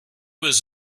was